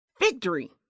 victory